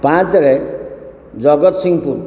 ପାଞ୍ଚରେ ଜଗତସିଂହପୁର